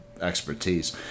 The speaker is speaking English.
expertise